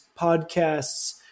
podcasts